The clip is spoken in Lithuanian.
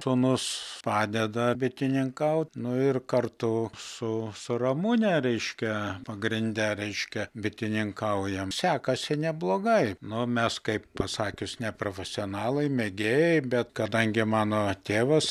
sūnus padeda bitininkaut nu ir kartu su su ramune reiškia pagrinde reiškia bitininkaujam sekasi neblogai nu mes kaip pasakius ne profesionalai mėgėjai bet kadangi mano tėvas